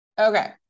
Okay